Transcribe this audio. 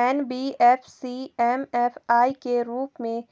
NBFC MFI के रूप में